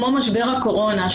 כמו למשל למשבר הקורונה,